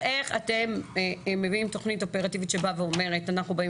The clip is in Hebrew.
אבל איך אתם מביאים תוכנית אופרטיבית שבאה ואומרת אנחנו באים